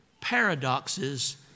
paradoxes